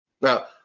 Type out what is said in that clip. Now